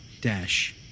Dash